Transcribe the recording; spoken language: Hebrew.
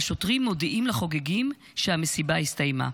והשוטרים מודיעים לחוגגים שהמסיבה הסתיימה.